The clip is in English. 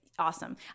Awesome